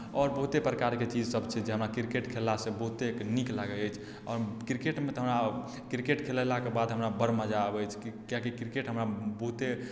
आओर बहुते प्रकारके चीजसभ छै जे हमरा क्रिकेट खेललासँ बहुते नीक लगैत अछि आओर क्रिकेटमे तऽ हमरा क्रिकेट खेलेलाके बाद हमरा बड़ मजा आबैत अछि कियाकि क्रिकेट हमरा बहुते